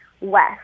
west